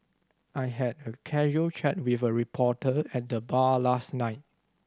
I had a casual chat with a reporter at the bar last night